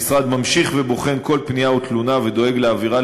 המשרד ממשיך ובוחן כל פנייה ותלונה ודואג להעבירה